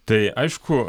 tai aišku